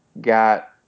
got